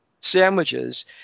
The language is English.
sandwiches